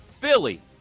Philly